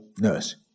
nurse